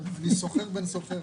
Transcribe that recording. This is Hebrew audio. אני מחדש את הדיון של ועדת הכספים.